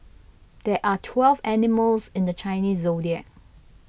there are twelve animals in the Chinese zodiac